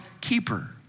keeper